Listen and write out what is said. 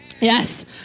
Yes